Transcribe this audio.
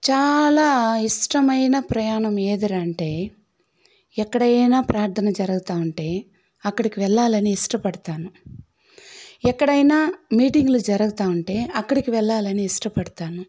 చాలా ఇష్టమైన ప్రయాణం ఏది అంటే ఎక్కడైనా ప్రార్ధన జరుగుతు ఉంటే అక్కడికి వెళ్ళాలని ఇష్టపడతాను ఎక్కడైనా మీటింగులు జరుగుతు ఉంటే అక్కడకి వెళ్ళాలని ఇష్టపడతాను